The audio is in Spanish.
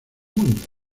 mundo